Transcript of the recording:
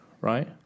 right